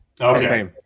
Okay